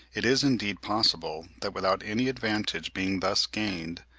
it is indeed possible that without any advantage being thus gained,